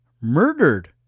murdered